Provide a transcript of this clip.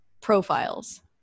profiles